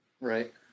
Right